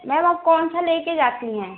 ma'am आप कौन सा ले कर जाती हैं